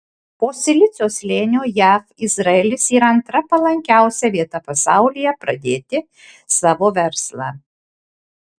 po silicio slėnio jav izraelis yra antra palankiausia vieta pasaulyje pradėti savo verslą